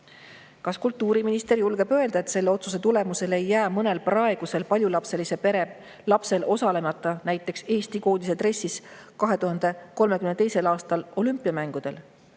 Kas kultuuriminister julgeb öelda, et selle otsuse tulemusel ei jää mõnel praegusel paljulapselise pere lapsel Eesti koondise dressis osalemata 2032. aasta olümpiamängudel